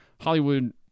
hollywood